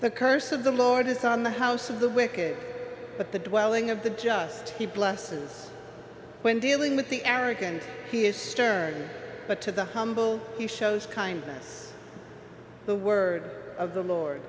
the curse of the lord is on the house of the wicket but the dwelling of the just he blesses when dealing with the eric and he is staring but to the humble he shows kindness the word of the lord